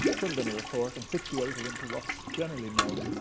put it in a report, and situate it into what's generally known,